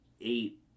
eight